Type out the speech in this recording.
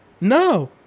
No